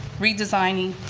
redesigning,